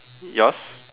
yours